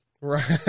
Right